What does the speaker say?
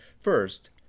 First